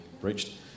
breached